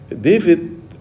David